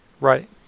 Right